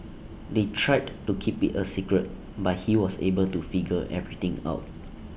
they tried to keep IT A secret but he was able to figure everything out